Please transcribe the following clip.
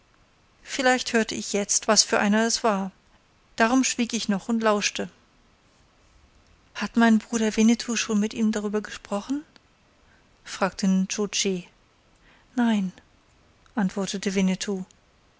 vielleicht hörte ich jetzt was für einer es war darum schwieg ich noch und lauschte hat mein bruder winnetou schon mit ihm darüber gesprochen fragte nscho tschi nein antwortete winnetou